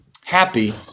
happy